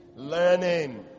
learning